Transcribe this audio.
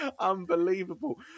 unbelievable